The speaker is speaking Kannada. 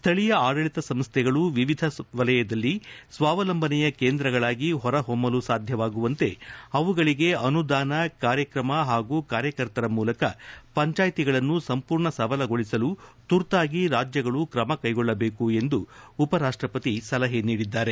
ಸ್ವಳೀಯ ಆಡಳಿತ ಸಂಸ್ಥೆಗಳು ವಿವಿಧ ವಲಯದಲ್ಲಿ ಸ್ವಾವಲಂಬನೆಯ ಕೇಂದ್ರಗಳಾಗಿ ಹೊರ ಹೊಮ್ಖಲು ಸಾಧ್ಯವಾಗುವಂತೆ ಅವುಗಳಿಗೆ ಅನುದಾನ ಕಾರ್ಯಕ್ರಮ ಹಾಗೂ ಕಾರ್ಯಕರ್ತರ ಮೂಲಕ ಪಂಚಾಯಿತಿಗಳನ್ನು ಸಂಪೂರ್ಣ ಸಬಲಗೊಳಿಸಲು ತುರ್ತಾಗಿ ರಾಜ್ಞಗಳು ಕ್ರಮ ಕೈಗೊಳ್ಳಬೇಕು ಎಂದು ಸಲಹೆ ನೀಡಿದ್ದಾರೆ